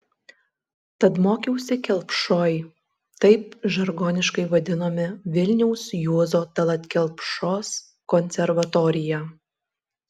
tad mokiausi kelpšoj taip žargoniškai vadinome vilniaus juozo tallat kelpšos konservatoriją